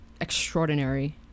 extraordinary